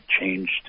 changed